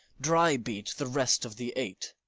dry-beat the rest of the eight.